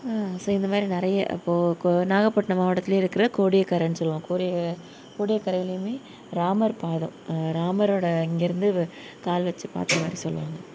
so இந்தமாதிரி நிறைய இப்போது கோ நாகப்பட்டினம் மாவட்டத்திலையே இருக்கிற கோடியக்கரைனு சொல்லுவாங்க கோடிய கோடியக்கரையிலையும் ராமர் பாதம் ராமரோட இங்கேருந்து வ கால் வச்சு பார்த்த மாதிரி சொல்லுவாங்க